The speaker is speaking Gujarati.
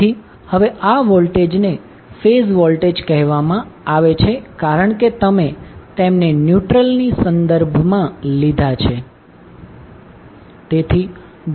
તેથી હવે આ વોલ્ટેજને ફેઝ વોલ્ટેજ કહેવામાં આવે છે કારણ કે તમે તેમને ન્યુટ્રલની સંદર્ભેમા લીધા છે